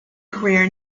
career